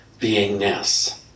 beingness